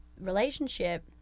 relationship